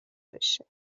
بشه